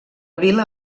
vila